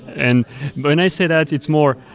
and but when i say that, it's it's more,